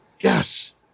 Yes